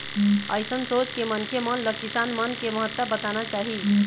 अइसन सोच के मनखे मन ल किसान मन के महत्ता बताना चाही